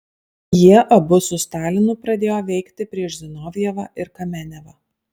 jie abu su stalinu pradėjo veikti prieš zinovjevą ir kamenevą